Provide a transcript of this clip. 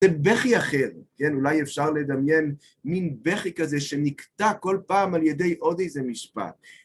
בכי אחר, אולי אפשר לדמיין מין בכי כזה שנקטע כל פעם על ידי עוד איזה משפט.